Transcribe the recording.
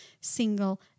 single